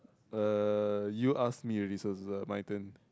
uh you ask me already so it's my turn